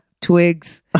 twigs